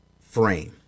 frame